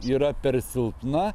yra per silpna